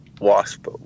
Wasp